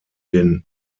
den